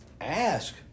ask